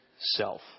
self